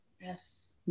Yes